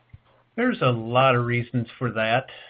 there's a lot of reasons for that.